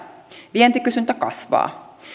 vientikysyntä kasvaa